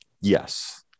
Yes